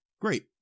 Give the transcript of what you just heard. great